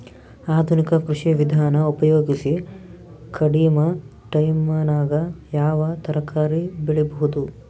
ಆಧುನಿಕ ಕೃಷಿ ವಿಧಾನ ಉಪಯೋಗಿಸಿ ಕಡಿಮ ಟೈಮನಾಗ ಯಾವ ತರಕಾರಿ ಬೆಳಿಬಹುದು?